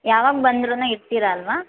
ಯಾವಾಗ ಬಂದ್ರೂನು ಇರ್ತೀರಾ ಅಲ್ವಾ